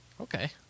Okay